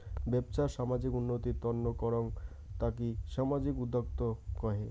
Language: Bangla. বেপছা সামাজিক উন্নতির তন্ন করাঙ তাকি সামাজিক উদ্যক্তা কহে